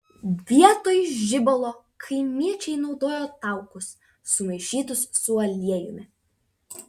vietoj žibalo kaimiečiai naudojo taukus sumaišytus su aliejumi